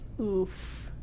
Oof